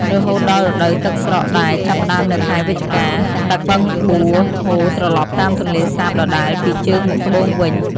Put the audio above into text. រហូតដល់រដូវទឹកស្រកដែល ចាប់ផ្តើមនៅខែវិច្ឆិកា ទឹកបឹងបួរហូរត្រឡប់តាមទន្លេសាបដដែលពីជើងមកត្បូងវិញ។